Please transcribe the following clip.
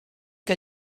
que